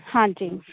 ਹਾਂਜੀ